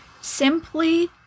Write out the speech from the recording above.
simply